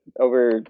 over